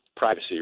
Privacy